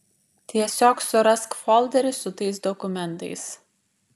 tiesiog surask folderį su tais dokumentais